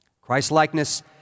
Christ-likeness